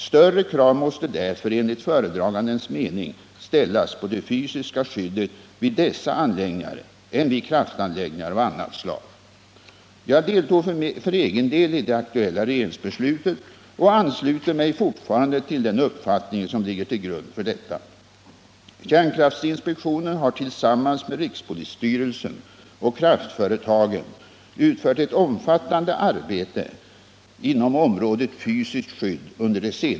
Större krav måste därför enligt föredragandens mening ställas på det fysiska skyddet vid dessa anläggningar än vid kraftanläggningar av annat slag. Jag deltog för egen del i det aktuella regeringsbeslutet och ansluter mig fortfarande till den uppfattning som ligger till grund för detta. Kärnkraftinspektionen har tillsammans med rikspolisstyrelsen och kraftföretagen under de senaste åren utfört ett omfattande arbete inom området fysiskt skydd.